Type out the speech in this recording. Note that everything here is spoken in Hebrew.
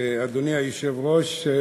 אדוני היושב-ראש,